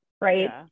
Right